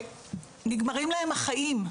שנגמרים להם החיים,